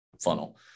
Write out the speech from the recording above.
funnel